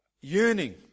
yearning